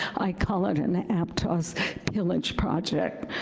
i call it an aptos pillage project.